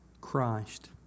Christ